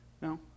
No